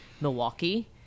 Milwaukee